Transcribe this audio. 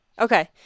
Okay